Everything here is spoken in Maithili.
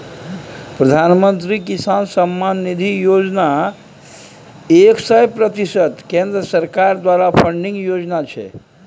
प्रधानमंत्री किसान सम्मान निधि योजना एक सय प्रतिशत केंद्र सरकार द्वारा फंडिंग योजना छै